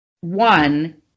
one